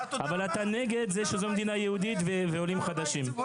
אבל אתה נגד זה שזו מדינה יהודית ועולים חדשים.